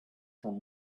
from